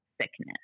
sickness